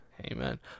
Amen